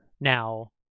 Now